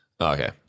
Okay